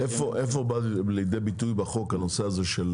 איפה בא לידי ביטוי בחוק הנושא הזה של